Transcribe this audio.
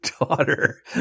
daughter